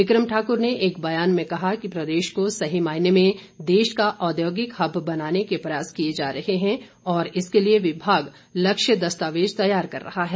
become Thakur ने एक बयान में कहा कि प्रदेश को सही मायने में देश का औद्योगिक हब बनाने के प्रयास किए जा रहे है और इसके लिए विभाग लक्ष्य दस्तावेज तैयार कर रहा है